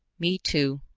me, too,